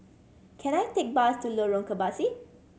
can I take bus to Lorong Kebasi